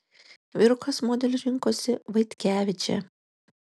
vyrukas modeliu rinkosi vaitkevičę